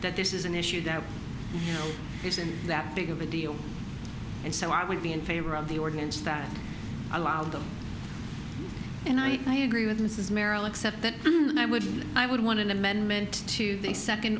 that this is an issue that isn't that big of a deal and so i would be in favor of the ordinance that allowed them and i agree with mrs merrill except that i wouldn't i would want an amendment to the second